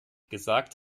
gesagt